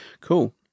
Cool